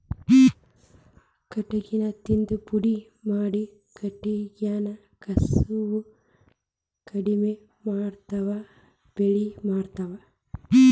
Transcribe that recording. ಕಟಗಿನ ತಿಂದ ಪುಡಿ ಮಾಡಿ ಕಟಗ್ಯಾನ ಕಸುವ ಕಡಮಿ ಮಾಡತಾವ ಪಳ್ಳ ಮಾಡತಾವ